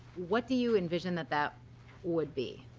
what do you envision that that would be?